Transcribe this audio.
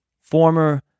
former